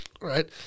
Right